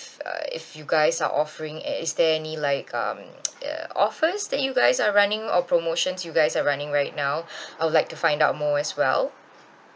uh if you guys are offering and is there any like um offers that you guys are running or promotions you guys are running right now I would like to find out more as well